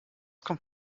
kommt